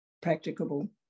practicable